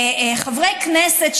חברי כנסת,